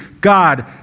God